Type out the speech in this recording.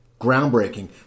groundbreaking